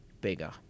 bigger